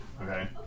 Okay